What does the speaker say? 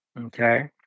Okay